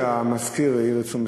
עד שהמזכיר העיר את תשומת לבך.